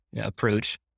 approach